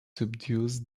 subdues